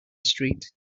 street